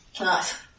Nice